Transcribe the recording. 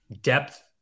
Depth